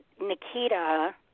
Nikita